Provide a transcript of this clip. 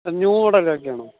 ആ ന്യൂ മോഡലൊക്കെയാണോ